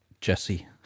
Jesse